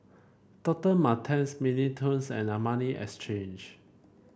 Doctor Martens Mini Toons and Armani Exchange